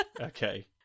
Okay